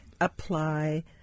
apply